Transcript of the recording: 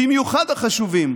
במיוחד החשובים,